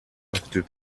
after